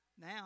now